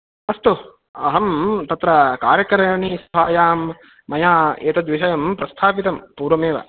अस्तु अहं तत्र कार्यकारिणिव्यवस्थायां मया एतद्विषयं प्रस्थापितं पूर्वमेव